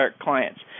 clients